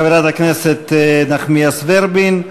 חברת הכנסת נחמיאס ורבין,